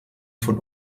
von